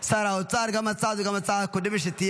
גם להצעה הזאת וגם להצעה הקודמת.